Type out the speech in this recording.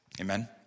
Amen